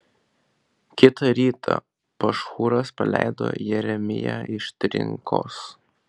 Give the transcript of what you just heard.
kitą rytą pašhūras paleido jeremiją iš trinkos